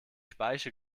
speiche